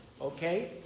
okay